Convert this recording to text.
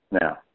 Now